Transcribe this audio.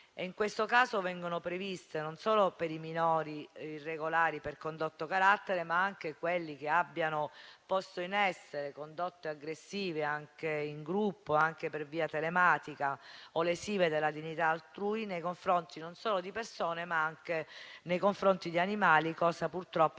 In questo caso vengono previste, non solo per i minori irregolari per condotta o carattere, ma anche per quelli che abbiano posto in essere condotte aggressive, anche in gruppo, anche per via telematica o lesive della dignità altrui nei confronti non solo di persone, ma anche nei confronti di animali, cosa purtroppo anche